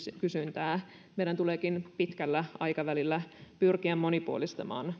kysyntää meidän tuleekin pitkällä aikavälillä pyrkiä monipuolistamaan